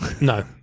No